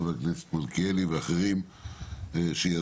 חבר הכנסת מלכיאלי ואחרים שיזמו,